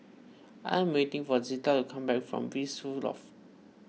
I am waiting for Zita to come back from Blissful Loft